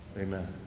amen